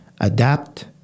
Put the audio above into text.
adapt